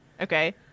Okay